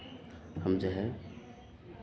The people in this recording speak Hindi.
हम जो है